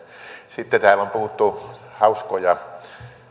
sitten täällä on puhuttu hauskoja